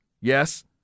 Yes